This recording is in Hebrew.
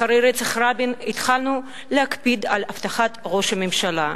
אחרי רצח רבין התחלנו להקפיד על אבטחת ראש הממשלה,